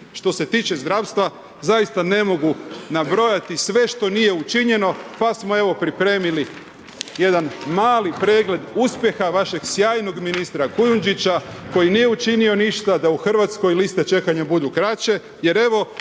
Što se tiče zdravstva, zaista ne mogu nabrojati sve što nije učinjeno, pa smo evo pripremili jedan mali pregled uspjeha vašeg sjajnog ministra Kujundžića koji nije učinio ništa da u Hrvatskoj liste čekanja budu kraće jer evo,